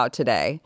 today